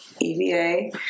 E-V-A